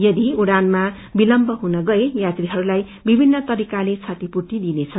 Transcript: यदि उड़ानमा विलम्ब हुन गए यात्रीहरूलाई विभिन्न तरिकाले क्षतिपूर्ति गरिनेछ